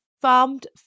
farmed